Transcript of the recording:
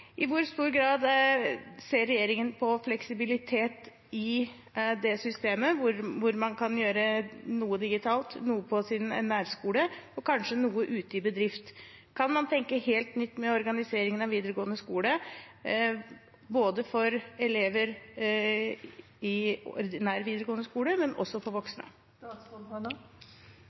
I hvor stor grad ser regjeringen på fleksibilitet i det systemet, hvor man kan gjøre noe digitalt, noe på sin nærskole og kanskje noe ute i bedrift? Kan man tenke helt nytt med organiseringen av videregående skole, både for elever i ordinær videregående skole og for voksne?